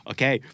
Okay